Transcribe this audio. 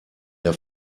der